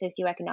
socioeconomic